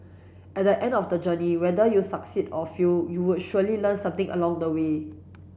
at the end of the journey whether you succeed or fail you would surely learn something along the way